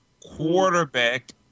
quarterback